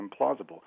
implausible